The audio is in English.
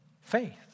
faith